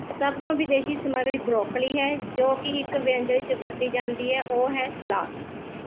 ਸਭ ਤੋਂ ਵਿਦੇਸ਼ੀ ਸਮੱਗਰੀ ਬ੍ਰੋਕਲੀ ਹੈ ਜੋ ਕਿ ਇੱਕ ਵਿਅੰਜਨ ਵਿੱਚ ਵਰਤੀ ਜਾਂਦੀ ਹੈ ਉਹ ਹੈ ਸਲਾਦ